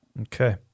Okay